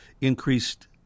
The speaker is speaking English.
increased